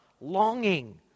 longing